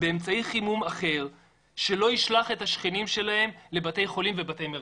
באמצעי חימום אחר שלא ישלח את השכנים שלהם לבתי חולים ובתי מרקחת.